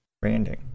branding